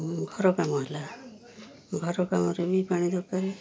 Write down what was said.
ଘର କାମ ହେଲା ଘର କାମରେ ବି ପାଣି ଦରକାର